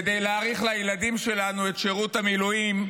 כדי להאריך לילדים שלנו את שירות המילואים,